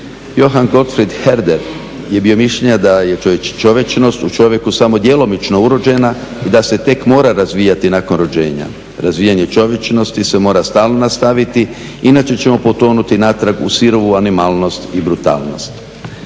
Johan Gotfrid Herder je bio mišljenja da je čovječnost u čovjeku samo djelomično urođena i da se tek mora razvijati nakon rođenja. Razvijanje čovječnosti se mora stalno nastaviti inače ćemo potonuti natrag u sirovu animalnost i brutalnost.